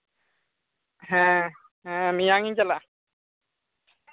ᱦᱮᱸ ᱦᱮᱸ ᱢᱮᱭᱟᱝ ᱤᱧ ᱪᱟᱞᱟᱜᱼᱟ